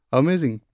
amazing